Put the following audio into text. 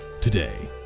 today